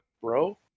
Bro